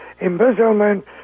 embezzlement